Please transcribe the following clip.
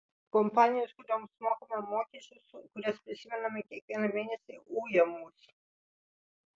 kompanijos kurioms mokame mokesčius kurias prisimename kiekvieną mėnesį uja mus